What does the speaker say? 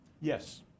yes